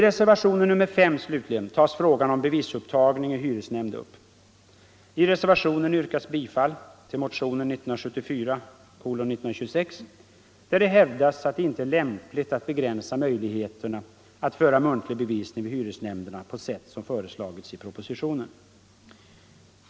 Reservationen 5, slutligen, tar upp frågan om bevisupptagning i hyresnämnd. I reservationen yrkas bifall till motionen 1974:1926, där det hävdas att det inte är lämpligt att begränsa möjligheterna att föra muntlig bevisning vid hyresnämnderna på sätt som föreslagits i propositionen.